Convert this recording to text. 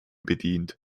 bedient